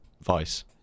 Vice